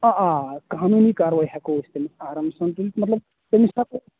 آ آ قانوٗنی کاروٲیی ہٮ۪کَو أسۍ تٔمِس آرام سان کٔرِتھ مطلب تٔمِس ہٮ۪کَو